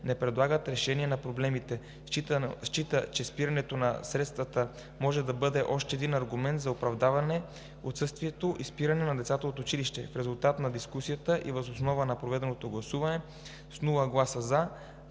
не предлагат решение на проблемите. Счита, че спирането на средствата може да бъде още един аргумент за оправдаване на отсъствието и спирането на децата от училище. В резултат на дискусията и въз основа на проведеното гласуване с резултат: